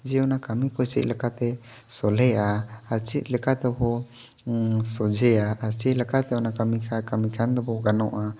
ᱡᱮ ᱚᱱᱟ ᱠᱟᱹᱢᱤ ᱠᱚ ᱪᱮᱫ ᱞᱮᱠᱟᱛᱮ ᱥᱚᱞᱦᱮᱭᱟ ᱟᱨ ᱪᱮᱫ ᱞᱮᱠᱟᱛᱮ ᱵᱚ ᱥᱚᱡᱷᱮᱭᱟ ᱟᱨ ᱪᱮᱫ ᱞᱮᱠᱟᱛᱮ ᱚᱱᱟ ᱠᱟᱹᱢᱤ ᱠᱷᱟ ᱠᱟᱢᱤ ᱠᱷᱟᱱ ᱫᱚᱵᱚ ᱜᱟᱱᱚᱜᱼᱟ